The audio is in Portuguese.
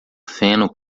feno